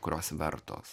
kurios vertos